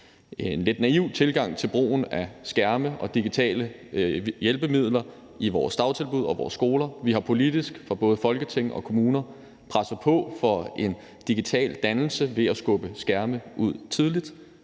en lidt naiv tilgang til brugen af skærme og digitale hjælpemidler i vores dagtilbud og på vores skoler, og vi har politisk fra både Folketing og kommuner presset på for en digital dannelse ved at skubbe skærme ud tidligt.